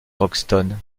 crockston